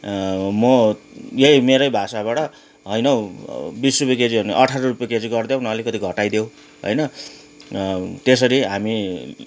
मो यही मेरै भाषाबाट होइन हौ बिस रुपियाँ केजी भने अठाह्र रुपियाँ केजी गरिदेऊ न अलिकति घटाई देऊ होइन त्यसरी हामी